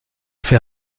fait